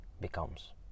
becomes